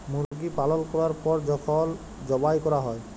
মুরগি পালল ক্যরার পর যখল যবাই ক্যরা হ্যয়